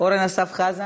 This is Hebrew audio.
אורן אסף חזן,